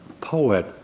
poet